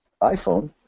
iPhone